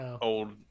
old